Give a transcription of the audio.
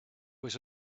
was